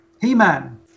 He-Man